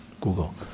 Google